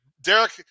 Derek